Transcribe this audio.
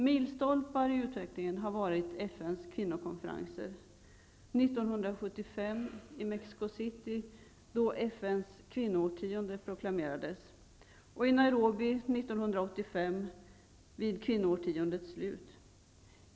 Milstolpar i utvecklingen har varit FN:s kvinnokonferenser -- 1975 i Mexico City, då FN:s kvinnoårtionde proklamerades, och i Nairobi 1985 vid kvinnoårtiondets slut.